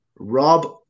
Rob